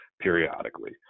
periodically